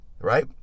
right